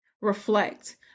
reflect